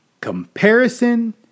Comparison